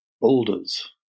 boulders